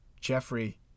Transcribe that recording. Jeffrey